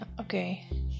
okay